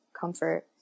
comfort